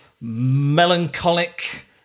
melancholic